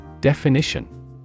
Definition